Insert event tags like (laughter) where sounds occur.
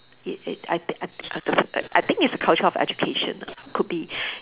it it I t~ I t~ I (noise) I think it's culture of education ah could be